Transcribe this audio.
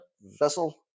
vessel